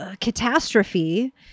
catastrophe